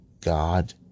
God